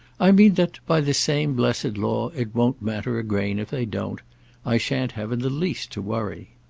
i mean that, by the same blessed law, it won't matter a grain if they don't i shan't have in the least to worry.